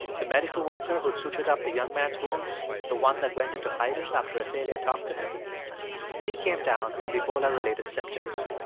the medical worker who'd sutured up the young man's wounds the one that went into hiding after athalia talked to him he came down with ebola-related symptoms.